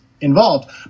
involved